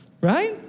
right